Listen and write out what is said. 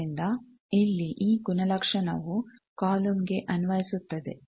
ಆದ್ದರಿಂದ ಇಲ್ಲಿ ಈ ಗುಣಲಕ್ಷಣವು ಕಾಲಮ್ಗೆ ಅನ್ವಯಿಸುತ್ತದೆ